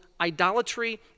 idolatry